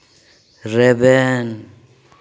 ᱨᱮᱵᱮᱱ